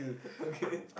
okay